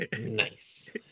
Nice